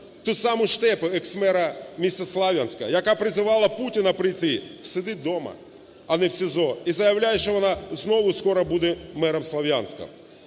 ту саму Штепу, екс-мера міста Слов'янська, яка призивала Путіна прийти, сидить вдома, а не в СІЗО, і заявляє, що вона знову скоро буде мером Слов'янська.